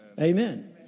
Amen